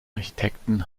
architekten